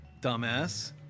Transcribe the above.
Dumbass